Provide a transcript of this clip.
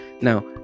now